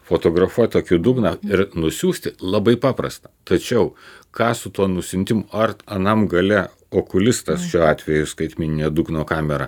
fotografuoti akių dugną ir nusiųsti labai paprasta tačiau ką su tuo nusiuntimu ar anam gale okulistas šiuo atveju skaitmenine dugno kamera